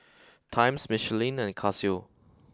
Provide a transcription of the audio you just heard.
Times Michelin and Casio